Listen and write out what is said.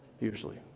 usually